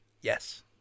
Yes